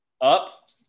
up